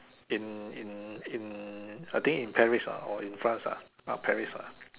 in in in I think in Paris ah or in France ah not Paris lah